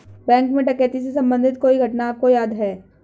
Bank में डकैती से संबंधित कोई घटना आपको याद है?